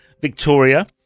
Victoria